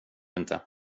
inte